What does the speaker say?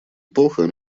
эпоха